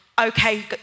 okay